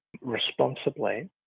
responsibly